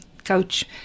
coach